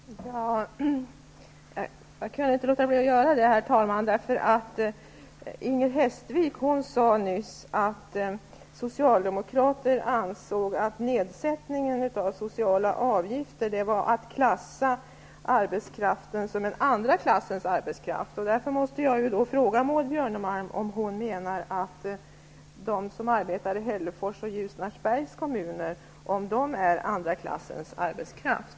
Herr talman! Jag kan inte låta bli att replikera Maud Björnemalm, eftersom Inger Hestvik nyss sade att Socialdemokraterna anser att en nedsättning av sociala avgifter innebär att man klassar arbetskraften som en andra klassens arbetskraft. Därför måste jag fråga Maud Björnemalm om hon menar att de som arbetar i Hällefors och Ljusnarsbergs kommuner är en andra klassens arbetskraft.